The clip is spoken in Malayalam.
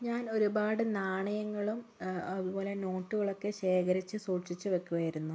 ഞാൻ ഒരുപാട് നാണയങ്ങളും അതുപോലെ നോട്ടുമൊക്കെ ശേഖരിച്ച് സൂക്ഷിച്ച് വെക്കുമായിരുന്നു